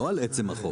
לא על עצם החוק.